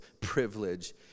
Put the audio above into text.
privilege